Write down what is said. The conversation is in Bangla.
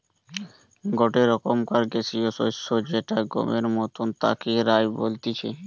গটে রকমকার গ্যাসীয় শস্য যেটা গমের মতন তাকে রায় বলতিছে